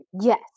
Yes